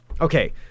Okay